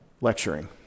lecturing